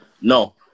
No